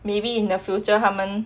maybe in the future 他们